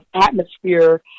atmosphere